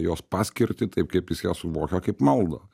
jos paskirtį taip kaip jis ją suvokia kaip maldą